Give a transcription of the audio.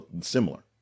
similar